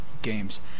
Games